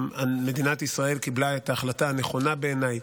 מדינת ישראל קיבלה את ההחלטה, הנכונה בעיניי,